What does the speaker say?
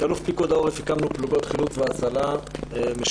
כאלוף פיקוד העורף הקמנו פלוגות חילוץ והצלה משולבות,